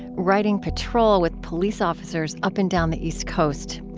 riding patrol with police officers up and down the east coast.